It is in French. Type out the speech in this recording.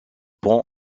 pont